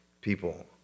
people